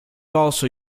also